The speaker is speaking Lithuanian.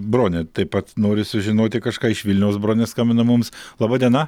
bronė taip pat nori sužinoti kažką iš vilniaus bronė skambina mums laba diena